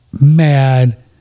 mad